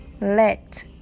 let